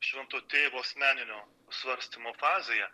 švento tėvo asmeninio svarstymo fazėje